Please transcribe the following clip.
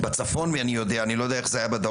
אני יודע בצפון, אני לא יודע איך זה היה בדרום.